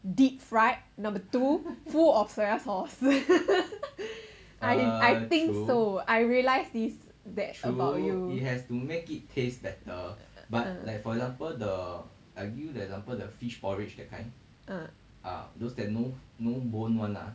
deep fried number two full of soya sauce I I think so I realize this that about you ah